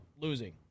losing